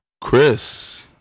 chris